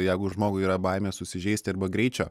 jeigu žmogui yra baimė susižeisti arba greičio